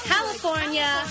California